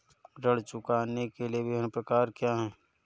ऋण चुकाने के विभिन्न प्रकार क्या हैं?